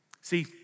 See